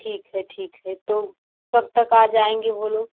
ठीक है ठीक है तो कब तक आ जाएँगे वे लोग